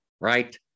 right